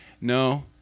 No